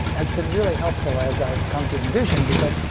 has been really helpful as i've come to invision, because,